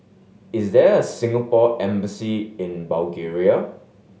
is there a Singapore Embassy in Bulgaria